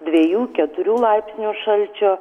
dviejų keturių laipsnių šalčio